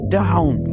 down